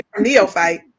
neophyte